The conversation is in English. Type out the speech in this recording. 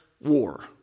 war